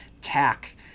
Tack